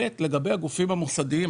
לגבי הגופים המוסדיים,